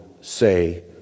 say